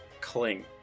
cling